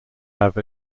have